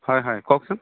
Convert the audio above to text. হয় হয় কওকচোন